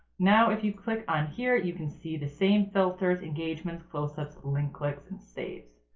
now if you click on here, you can see the same filters engagements, close-ups, link clicks and saves.